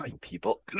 people